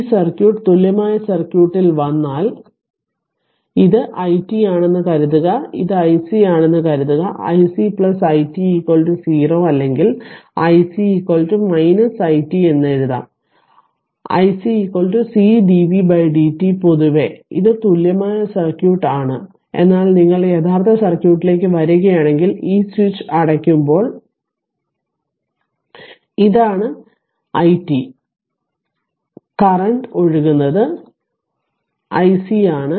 ഈ സർക്യൂട്ട് തുല്യമായ സർക്യൂട്ടിൽ വന്നാൽ ഇത് i t ആണെന്ന് കരുതുക ഇത് iC ആണെന്ന് കരുതുക iC i t 0 അല്ലെങ്കിൽ iC i t എന്ന് എഴുതാം iC c dv dt പൊതുവേ ഇത് തുല്യമായ സർക്യൂട്ട് ആണ് എന്നാൽ നിങ്ങൾ യഥാർത്ഥ സർക്യൂട്ടിലേക്ക് വരികയാണെങ്കിൽ ഈ സ്വിച്ച് c അടയ്ക്കുമ്പോൾ ഇതാണ് i t കറന്റ് ഒഴുകുന്നത് iC ആണ്